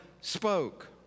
spoke